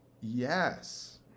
Yes